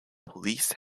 police